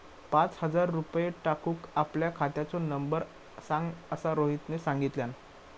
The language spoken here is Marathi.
पाच हजार रुपये टाकूक आपल्या खात्याचो नंबर सांग असा रोहितने सांगितल्यान